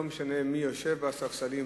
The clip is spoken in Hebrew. לא משנה מי יושב בספסלים,